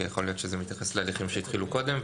כי יכול להיות שזה מתייחס להליכים שהתחילו קודם,